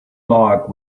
log